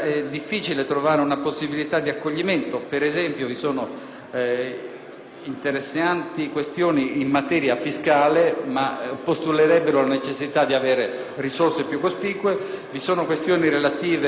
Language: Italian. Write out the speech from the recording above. pongono interessanti questioni in materia fiscale, che però postulerebbero la necessità di avere risorse più cospicue; questioni relative al finanziamento per il terremoto nel Belice, ma temo che si tratti di temi